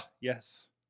yes